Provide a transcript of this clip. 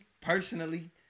personally